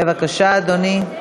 בבקשה, אדוני.